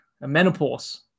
Menopause